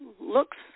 looks